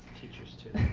teacher's too.